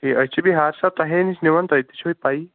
ہَے أسۍ چھِ بِہار صٲب تۅہے نِش نِوان تۅہہِ تہِٕ چھَو پَیِی